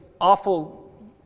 awful